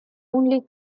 only